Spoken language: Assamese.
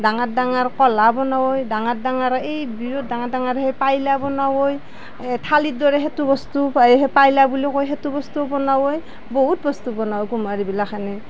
ডাঙৰ ডাঙৰ কলা বনায় ডাঙৰ ডাঙৰ এই বিৰাট ডাঙৰ ডাঙৰ সেই পাইলা বনায় এই থালিৰ দৰে সেইটো বস্তু সেই পাইলা বুলি কয় সেইটো বস্তু বনায় বহুত বস্তু বনায় কুমাৰীবিলাখেনে